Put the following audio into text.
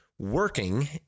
working